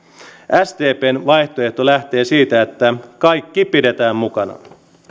sdpn vaihtoehto lähtee siitä että kaikki pidetään mukana